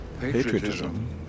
Patriotism